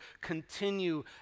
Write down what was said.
continue